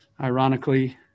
ironically